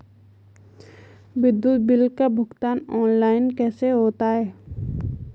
विद्युत बिल का भुगतान ऑनलाइन कैसे होता है?